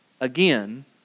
again